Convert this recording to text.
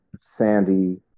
Sandy